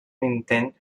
intent